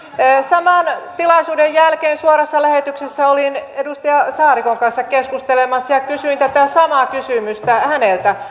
saman tilaisuuden jälkeen suorassa lähetyksessä olin edustaja saarikon kanssa keskustelemassa ja kysyin tätä samaa kysymystä häneltä